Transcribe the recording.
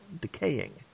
decaying